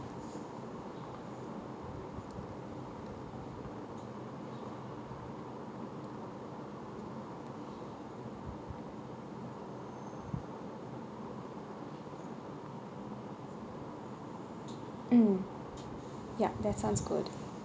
mm yup that sounds good